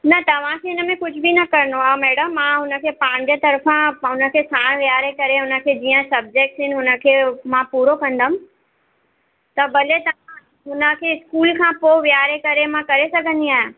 न तव्हांखे हिन में कुझु बि न करिणो आहे मैडम मां हुनखे पंहिंजे तरफ़ा हुनखे साणु विहारे करे हुनखे जीअं सबजैक्ट्स आहिनि हुनखे मां पूरो कंदमि त भले तां हुनखे स्कूल खां पोइ विहारे करे मां करे सघंदी आहियां